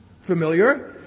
Familiar